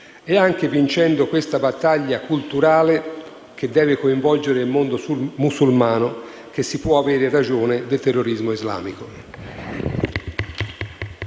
È anche vincendo questa battaglia culturale, che deve coinvolgere il mondo musulmano, che si può avere ragione sul terrorismo islamico.